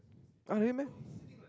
ah really meh